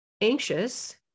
anxious